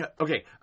Okay